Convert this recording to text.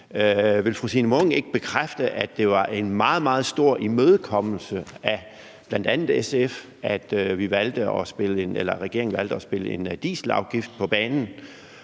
Vil fru Signe Munk ikke bekræfte, at det var en meget, meget stor imødekommelse af bl.a. SF, at regeringen valgte at spille en dieselafgift på banen?